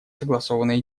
согласованные